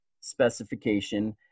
specification